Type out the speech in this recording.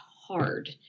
hard